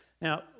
Now